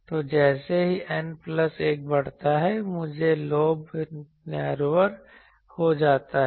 तो जैसे ही N प्लस 1 बढ़ता है मुख्य लोब नैरोअर हो जाता है